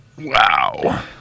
Wow